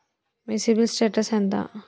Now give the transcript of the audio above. మీ CIBIL status ఎంత?